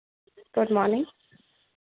good morning